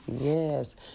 Yes